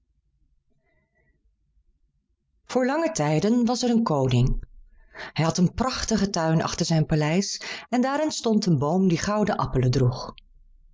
voor lange tijden was er een koning hij had een prachtigen tuin achter zijn paleis en daarin stond een boom die gouden appelen droeg